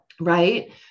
right